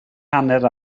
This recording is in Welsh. hanner